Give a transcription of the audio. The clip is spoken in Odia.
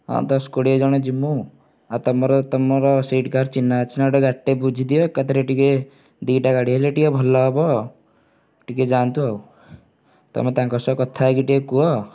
ହଁ ଦଶ କୋଡ଼ିଏ ଜଣ ଯିମୁ ଆଉ ତମର ତମର ସେଇଠି କାହାର ଚିହ୍ନା ଅଛି ନା ଗାଡ଼ି ଟିକେ ବୁଝି ଦିଅ ଏକାଥେରେ ଟିକେ ଦୁଇଟା ଗାଡ଼ି ହେଲେ ଟିକେ ଭଲ ହେବ ଟିକେ ଯାଆନ୍ତୁ ଆଉ ତମେ ତାଙ୍କ ସହ କଥା ହେଇକି ଟିକେ କୁହ